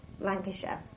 Lancashire